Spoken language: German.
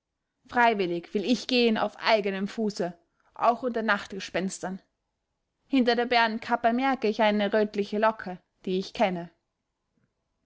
freiwillig will ich gehen auf eigenem fuße auch unter nachtgespenstern hinter der bärenkappe merke ich eine rötliche locke die ich kenne